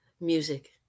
Music